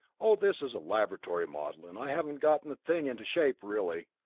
oh, this is a laboratory model, and i haven't gotten the thing into shape really.